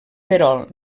perol